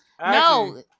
No